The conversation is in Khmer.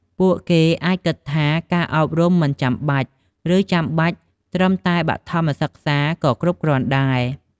ពួកគេអាចគិតថា ការអប់រំមិនចាំបាច់ ឬចាំបាច់ត្រឹមតែបឋមសិក្សាក៏គ្រប់គ្រាន់ដែរ។